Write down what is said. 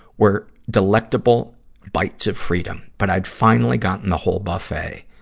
were delectable bites of freedom. but i'd finally gotten the whole buffet.